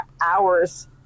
hours